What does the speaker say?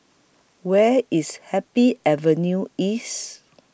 Where IS Happy Avenue East